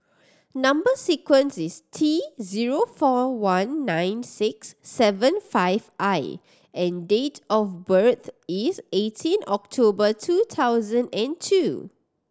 number sequence is T zero four one nine six seven five I and date of birth is eighteen October two thousand and two